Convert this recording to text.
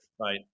Right